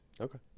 Okay